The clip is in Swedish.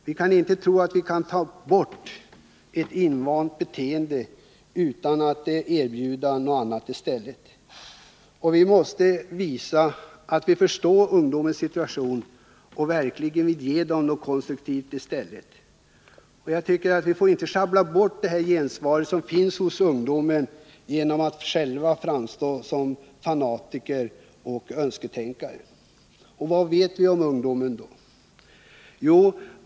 Vi kan inte tro att vi kan ta bort ett invant beteende utan att erbjuda någonting annat. Vi måste visa att vi förstår ungdomarnas situation och att vi verkligen vill ge dem någonting konstruktivt i stället. Vi får inte schabbla bort det gensvar som finns hos ungdomen genom att själva framstå som fanatiker och önsketänkare. Vad vet vi om ungdomen?